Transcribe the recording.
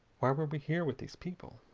why we here with these people?